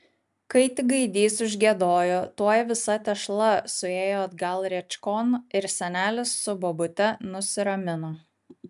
kai tik gaidys užgiedojo tuoj visa tešla suėjo atgal rėčkon ir senelis su bobute nusiramino